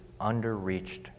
underreached